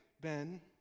Ben